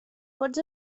pots